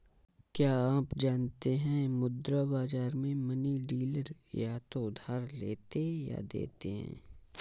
क्या आप जानते है मुद्रा बाज़ार में मनी डीलर या तो उधार लेते या देते है?